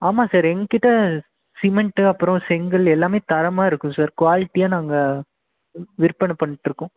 ஆமாம் சார் எங்கள்கிட்ட சிமெண்ட்டு அப்புறம் செங்கல் எல்லாமே தரமாக இருக்கும் சார் குவாலிட்டியாக நாங்கள் விற்பனை பண்ணிகிட்டு இருக்கோம்